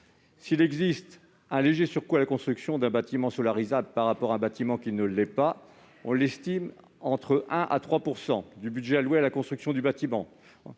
S'il existe un léger surcoût à la construction d'un bâtiment solarisable par rapport à un bâtiment qui ne l'est pas, on estime que celui-ci représente entre 1 % et 3 % du budget alloué à la construction du bâtiment.